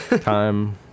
Time